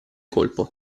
colpo